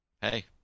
hey